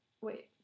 Wait